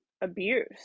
abuse